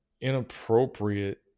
inappropriate